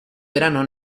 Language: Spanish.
verano